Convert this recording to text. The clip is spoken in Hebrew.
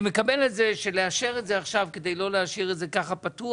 אני מקבל את זה שלאשר את זה עכשיו כדי לא להשאיר את זה ככה פתוח,